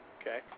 Okay